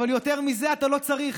אבל יותר מזה אתה לא צריך.